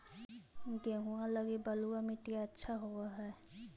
गेहुआ लगी बलुआ मिट्टियां अच्छा होव हैं?